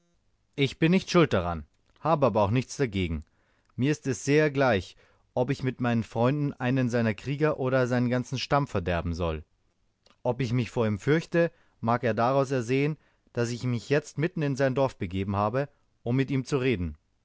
ich bin nicht schuld daran habe aber auch nichts dagegen mir ist es sehr gleich ob ich mit meinen freunden einen seiner krieger oder seinen ganzen stamm verderben soll ob ich mich vor ihm fürchte mag er daraus ersehen daß ich mich jetzt mitten in sein dorf begeben habe um mit ihm zu reden